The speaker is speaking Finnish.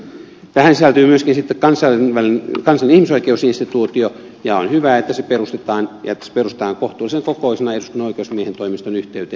tähän sisältyy myöskin kansallinen ihmisoikeusinstituutio ja on hyvä että se perustetaan ja että se perustetaan kohtuullisen kokoisena eduskunnan oikeusasiamiehen toimiston yhteyteen